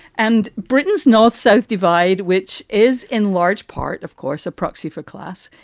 and britain's north-south divide, which is in large part, of course, a proxy for class,